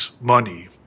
money